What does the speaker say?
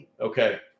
Okay